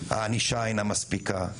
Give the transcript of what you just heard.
הענישה אינה מספיקה,